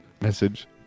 message